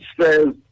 says